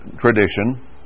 tradition